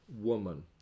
Woman